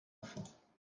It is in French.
enfants